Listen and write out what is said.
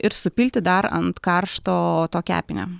ir supilti dar ant karšto to kepinio